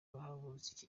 bahagurutse